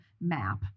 map